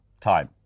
Time